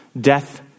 death